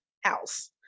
house